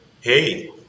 hey